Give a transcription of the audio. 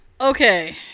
Okay